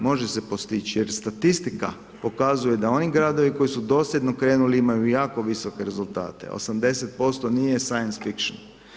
Može se postići jer statistika pokazuje da oni gradovi koji su dosljedno krenuli imaju jako visoke rezultate, 80% nije sains fikšn.